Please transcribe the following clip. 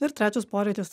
ir trečias poreikis